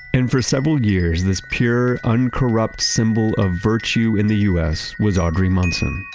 and for several years, this pure uncorrupt symbol of virtue in the us was audrey munson.